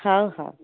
ହଉ ହଉ